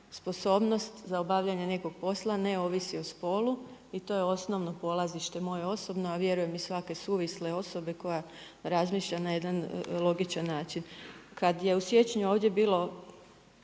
sposobnost za obavljanje nekog posla ne ovisi o spolu, i to je osnovno polazište moje osobno, a vjerujem i svake suvisle osobe koja razmišlja na jedan logičan način. Kad je u siječnju ovdje bilo